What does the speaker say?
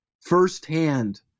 firsthand